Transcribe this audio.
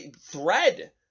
thread